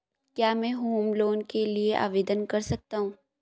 क्या मैं home loan के लिए आवेदन कर सकता हूं?